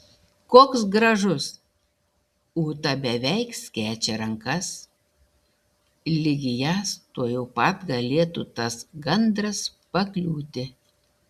koks gražus ūta beveik skečia rankas lyg į jas tuojau pat galėtų tas gandras pakliūti